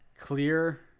clear